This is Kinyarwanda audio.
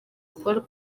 paul